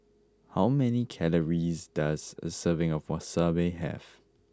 how many calories does a serving of Wasabi have